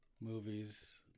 movies